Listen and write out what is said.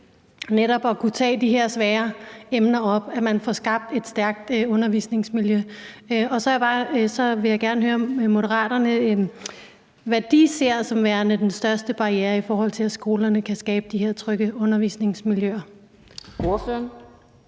netop at kunne tage de her svære emner op, altså at man får skabt et stærkt undervisningsmiljø. Og så vil jeg gerne høre Moderaterne om, hvad de ser som værende den største barriere, i forhold til at skolerne kan skabe de her trygge undervisningsmiljøer.